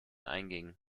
einging